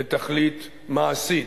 לתכלית מעשית.